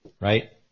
right